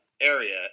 area